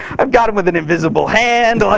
i've got him with an invisible hand.